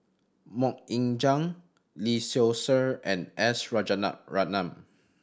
Mok Ying Jang Lee Seow Ser and S